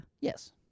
Yes